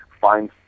find